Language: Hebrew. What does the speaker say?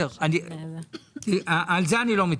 על זה אני לא מתפטר.